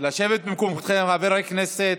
לשבת במקומותיכם, חברי הכנסת,